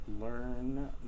learn